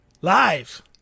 Live